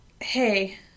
Hey